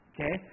Okay